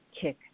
kick